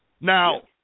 Now